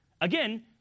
again